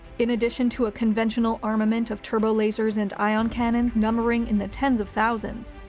in addition to a conventional armament of turbolasers and ion cannons numbering in the tens of thousands,